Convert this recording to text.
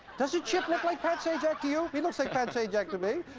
doesn't chip look like pat sajak to you? he looks like pat sajak to me.